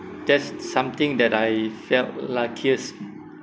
that's something that I felt luckiest